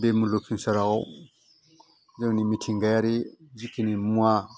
बे मुलुग संसाराव जोंनि मिथिंगायारि जेखिनि मुवा